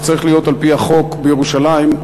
שצריך להיות על-פי החוק בירושלים,